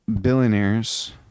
billionaires